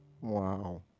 Wow